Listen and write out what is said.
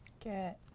get